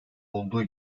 olduğu